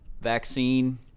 vaccine